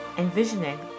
envisioning